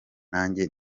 nanjye